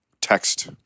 text